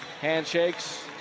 handshakes